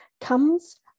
comes